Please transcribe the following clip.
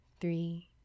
three